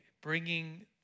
bringing